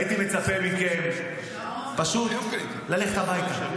הייתי מצפה מכם פשוט ללכת הביתה.